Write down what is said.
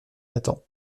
m’attend